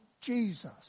Jesus